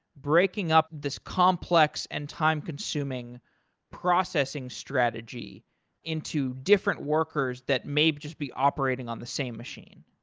breaking up this complex and time-consuming processing strategy into different workers that may just be operating on the same machine.